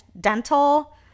dental